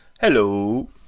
Hello